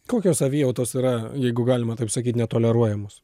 kokios savijautos yra jeigu galima taip sakyt netoleruojamos